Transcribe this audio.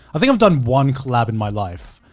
i think i've done one collab in my life.